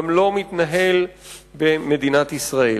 ההליך כלל לא מתנהל במדינת ישראל.